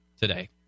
today